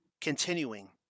Continuing